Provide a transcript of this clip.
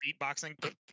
beatboxing